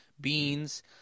beans